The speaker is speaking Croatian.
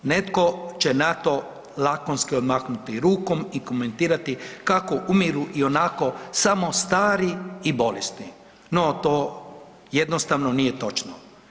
Netko će na to lakonski odmahnuti rukom i komentirati kako umiru i onako samo stari i bolesni, no to jednostavno nije točno.